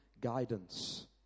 guidance